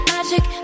Magic